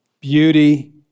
beauty